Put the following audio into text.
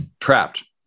trapped